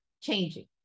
changing